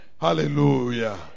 Hallelujah